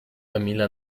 emila